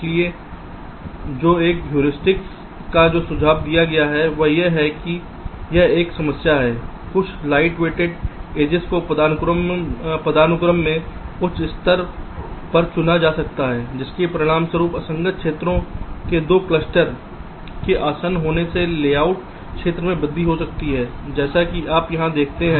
इसलिए जो एक ह्यूरिस्टिक का जो सुझाव दिया गया है वह यह है कि यह एक समस्या है कुछ लाइटवेट वेटेड एजिस को पदानुक्रम में उच्च स्तर पर चुना जा सकता है जिसके परिणामस्वरूप असंगत क्षेत्रों के दो क्लस्टर के आसन्न होने से लेआउट क्षेत्र में वृद्धि हो सकती है जैसे कि आप यहां देखते हैं